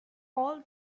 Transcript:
all